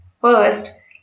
first